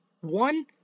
one